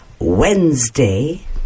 Wednesday